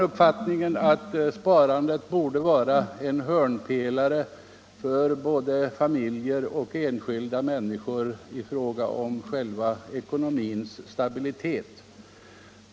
Sparandet borde vara en hörnpelare för både familjer och enskilda människor när det gäller ekonomins stabilitet.